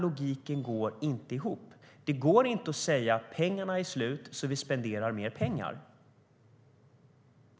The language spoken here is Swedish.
Logiken går inte ihop. Det går inte att säga att pengarna är slut, så vi spenderar mer pengar.